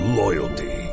loyalty